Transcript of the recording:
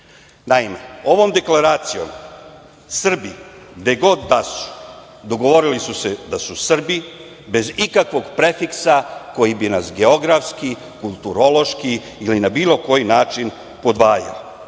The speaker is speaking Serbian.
Srbi. Naime, ovom Deklaracijom Srbi gde god da su dogovorili su se da su Srbi bez ikakvog prefiksa koji bi nas geografski, kulturološki ili na bilo koji način odvajao.